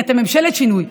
כי אתם ממשלת שינוי,